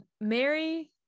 mary